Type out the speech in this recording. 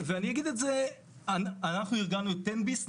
אנחנו איגדנו את תן ביס.